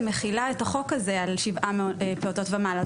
מחילה את החוק הזה על שבעה פעוטות ומעלה.